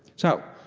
so,